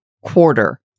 quarter